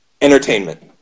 Entertainment